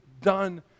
done